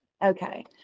Okay